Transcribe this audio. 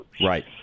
Right